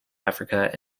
africa